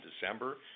december